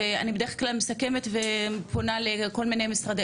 ואני בדרך כלל מסכמת ופונה לכל משרדי